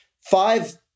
five